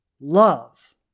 love